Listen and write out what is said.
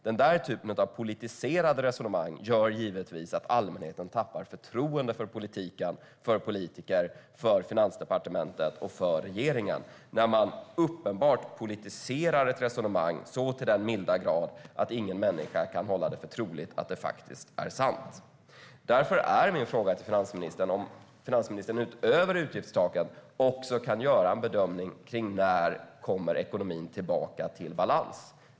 Den typen av politiserade resonemang gör givetvis att allmänheten tappar förtroendet för politiken, för politiker, för Finansdepartementet och för regeringen. Man politiserar ett resonemang så till den milda grad att ingen människa kan hålla det för troligt att det faktiskt är sant. Därför är min fråga till finansministern om hon utöver utgiftstaket kan göra en bedömning av när ekonomin kommer tillbaka till balans.